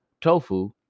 tofu